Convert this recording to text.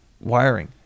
wiring